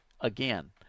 Again